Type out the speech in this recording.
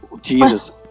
jesus